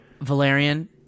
Valerian